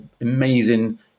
amazing